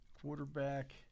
quarterback –